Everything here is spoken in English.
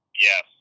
Yes